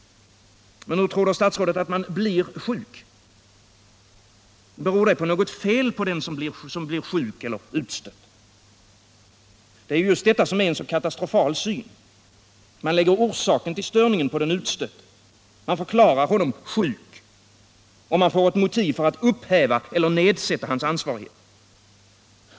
Men hur tror då statsrådet att man ”blir” sjuk? Beror det på något fel på den som blir ”sjuk” och utstött? Det är just detta som är en så katastrofal syn: man lägger orsaken till störningen på den utstötte. Man förklarar honom ”sjuk”. Man får ett motiv för att upphäva eller nedsätta hans ansvarighet.